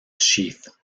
sheath